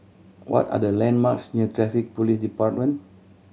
what are the landmarks near Traffic Police Department